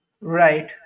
right